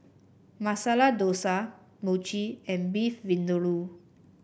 Masala Dosa Mochi and Beef Vindaloo